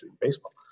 Baseball